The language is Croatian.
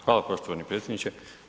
Hvala po štovani predsjedniče.